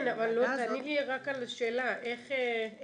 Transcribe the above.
כן, אבל תעני לי רק על השאלה, איך נרשמים?